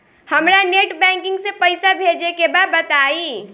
हमरा net banking से पईसा भेजे के बा बताई?